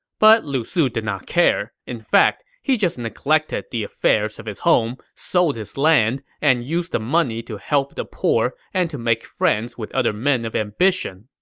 but lu su didn't ah care. in fact, he just neglected the affairs of his home, sold his land, and used the money to help the poor and to make friends with other men of ambition